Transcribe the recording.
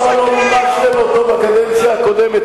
פתרון, למה לא מינפתם אותו בקדנציה הקודמת?